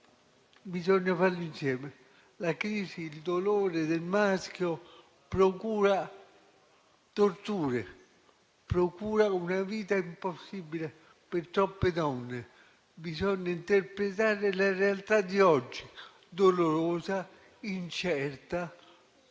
bisogna farlo insieme. La crisi e il dolore del maschio procurano torture, procurano una vita impossibile per troppe donne. Bisogna interpretare la realtà di oggi, dolorosa e incerta,